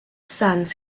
sons